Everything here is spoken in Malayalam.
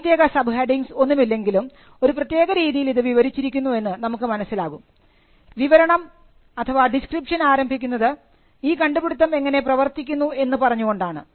പ്രത്യേക സബ് ഹെഡിംഗ്സ് ഒന്നുമില്ലെങ്കിലും ഒരു പ്രത്യേക രീതിയിൽ ഇത് വിവരിച്ചിരിക്കുന്നു എന്ന് നമുക്ക് മനസ്സിലാകും വിവരണം ഡിസ്ക്രിപ്ഷൻ ആരംഭിക്കുന്നത് ഈ കണ്ടുപിടിത്തം എങ്ങനെ പ്രവർത്തിക്കുന്നു എന്ന് പറഞ്ഞുകൊണ്ടാണ്